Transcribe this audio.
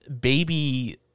baby